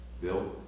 Bill